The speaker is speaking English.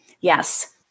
Yes